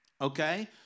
Okay